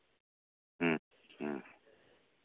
ᱦᱮᱸ ᱦᱮᱸ